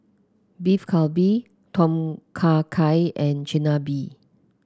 Beef Galbi Tom Kha Gai and Chigenabe